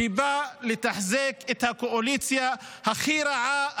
שבא לתחזק את הקואליציה הכי רעה,